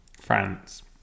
France